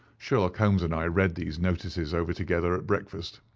sherlock holmes and i read these notices over together at breakfast,